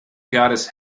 goddess